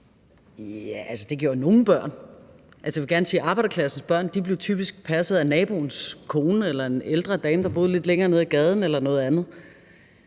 jeg vil gerne sige, at arbejderklassens børn typisk blev passet af naboens kone eller en ældre dame, der boede lidt længere nede ad gaden,